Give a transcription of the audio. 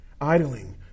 idling